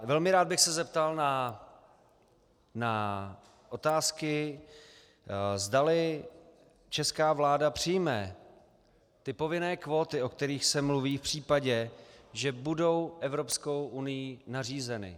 Velmi rád bych se zeptal na otázky, zdali česká vláda přijme ty povinné kvóty, o kterých se mluví v případě, že budou Evropskou unií nařízeny.